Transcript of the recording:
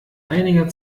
einiger